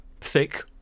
thick